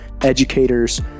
educators